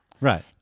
Right